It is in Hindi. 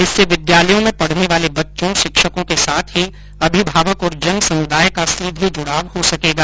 इससे विद्यालयों में पढ़ने वाले बच्चों शिक्षकों के साथ ही अभिभावक और जन समुदाय का सीधे जुड़ाव हो सकेगा